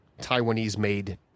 Taiwanese-made